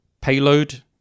Payload